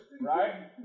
right